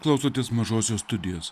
klausotės mažosios studijos